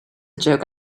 joke